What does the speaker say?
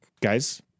guys